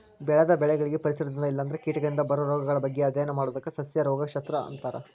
ಬೆಳೆದ ಬೆಳಿಗಳಿಗೆ ಪರಿಸರದಿಂದ ಇಲ್ಲಂದ್ರ ಕೇಟಗಳಿಂದ ಬರೋ ರೋಗಗಳ ಬಗ್ಗೆ ಅಧ್ಯಯನ ಮಾಡೋದಕ್ಕ ಸಸ್ಯ ರೋಗ ಶಸ್ತ್ರ ಅಂತಾರ